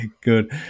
Good